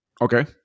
Okay